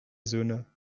söhne